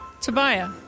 Tobiah